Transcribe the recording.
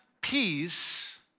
peace